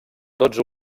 dotze